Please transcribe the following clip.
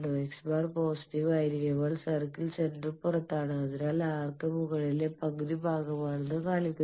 x̄ positive ആയിരിക്കുമ്പോൾ circle centre പുറത്താണ് അതിനാൽ ആർക്ക് മുകളിലെ പകുതി ഭാഗമാണെന്ന് കാണിക്കുന്നു